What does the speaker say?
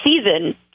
season